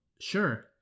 Sure